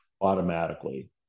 automatically